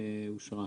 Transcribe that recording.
אושרה.